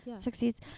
succeeds